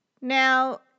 Now